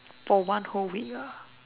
for one whole week ah